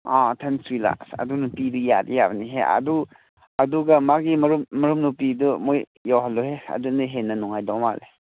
ꯑꯥ ꯊꯟꯆꯨꯏꯂꯥ ꯑꯗꯨ ꯅꯨꯄꯤꯗꯨ ꯌꯥꯗꯤ ꯌꯥꯕꯅꯤꯍꯦ ꯑꯗꯨ ꯑꯗꯨꯒ ꯃꯥꯒꯤ ꯃꯔꯨꯞ ꯃꯔꯨꯞ ꯅꯨꯄꯤꯗꯨ ꯃꯣꯏ ꯌꯥꯎꯍꯜꯂꯨꯍꯦ ꯑꯗꯨꯅ ꯍꯦꯟꯅ ꯅꯨꯡꯉꯥꯏꯗꯧ ꯃꯥꯜꯂꯤ